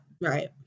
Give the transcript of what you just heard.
Right